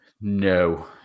No